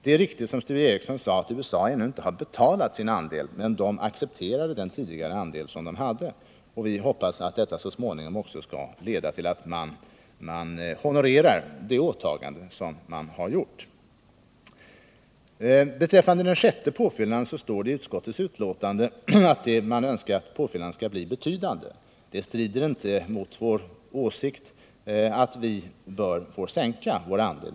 Det är riktigt som Sture Ericson sade att USA ännu inte har betalat sin andel. Men man accepterade den andel som landet tidigare hade. Vi hoppas att detta så småningom skall leda till att man honorerar de åtaganden som man har gjort. Beträffande den sjätte påfyllnaden står i utskottsbetänkandet att man önskar att den skulle bli betydande. Det strider inte mot vår åsikt att vi bör få sänka vår andel.